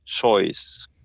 choice